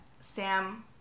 Sam